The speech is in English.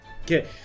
Okay